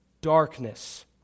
darkness